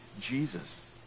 Jesus